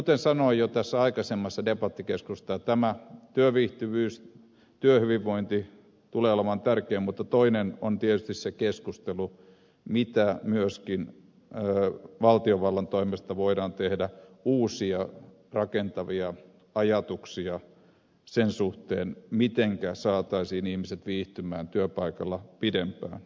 kuten sanoin jo tässä aikaisemmassa debatissa tämä työviihtyvyys työhyvinvointi tulee olemaan tärkeää mutta toinen tärkeä on tietysti se keskustelu siitä mitä myöskin valtiovallan toimesta voidaan tehdä uusia rakentavia ajatuksia sen suhteen mitenkä saataisiin ihmiset viihtymään työpaikalla pidempään